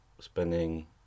spending